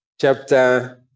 chapter